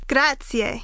Grazie